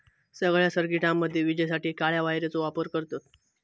सगळ्या सर्किटामध्ये विजेसाठी काळ्या वायरचो वापर करतत